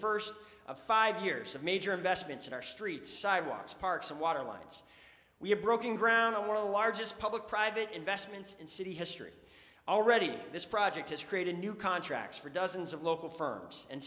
first of five years of major investments in our streets sidewalks parks and water lines we have broken ground zero well largest public private investments in city history already this project has created new contracts for dozens of local firms and